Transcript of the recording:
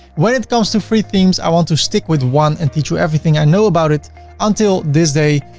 when it comes to free themes, i want to stick with one and teach you everything i know about it until this day.